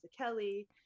Kelly